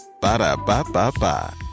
Ba-da-ba-ba-ba